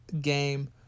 game